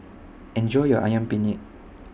Enjoy your Ayam Penyet